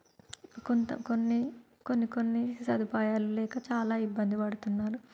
కొంత కొన్ని కొన్ని కొన్ని సదుపాయాలు లేక చాలా ఇబ్బంది పడుతున్నారు